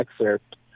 excerpt